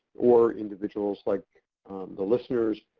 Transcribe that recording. or individuals like the listeners,